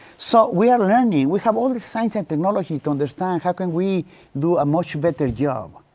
so, we are learning, we have all the science and technology to understand how can we do a much better job.